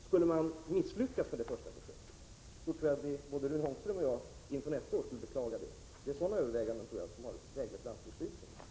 Skulle man misslyckas med det första försöket, tror jag att både Rune Ångström och jag inför nästa år skulle beklaga det. Det är sådana överväganden som ligger bakom lantbruksstyrelsens beslut.